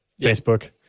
Facebook